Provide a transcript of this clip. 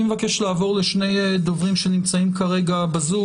אני מבקש לעבור לשני דוברים שנמצאים ב-זום.